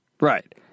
Right